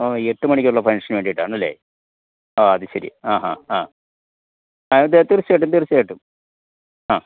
ആ എട്ട് മണിക്കുള്ള ഫങ്ഷന് വേണ്ടിയിട്ടാണല്ലെ ആ അതുശരി ആ ഹാ ആ അതെ തീര്ച്ചയായിട്ടും തീര്ച്ചയായിട്ടും ആ